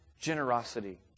generosity